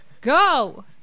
Go